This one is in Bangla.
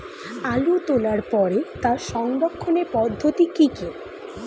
আলু তোলার পরে তার সংরক্ষণের পদ্ধতি কি কি?